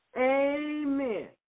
Amen